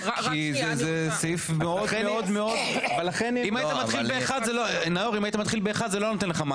אם היית מתחיל ב-1 זה לא היה נותן לך מענה.